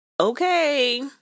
okay